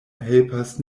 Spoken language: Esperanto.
helpas